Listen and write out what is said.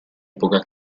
epoca